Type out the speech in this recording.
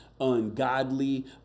ungodly